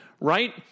right